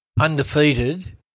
undefeated